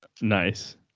Nice